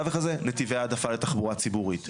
בתווך הזה נתיבי העדפה לתחבורה ציבורית,